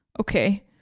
okay